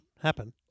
happen